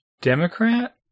Democrat